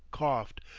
coughed,